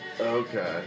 Okay